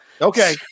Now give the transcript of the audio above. okay